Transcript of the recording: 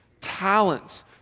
talents